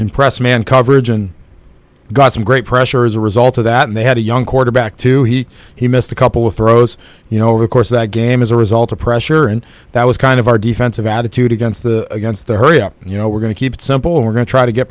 impressed man coverage and got some great pressure as a result of that and they had a young quarterback too he he missed a couple of throws you know over the course of that game as a result of pressure and that was kind of our defensive attitude against the against the hurry up you know we're going to keep it simple we're going to try to get